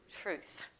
truth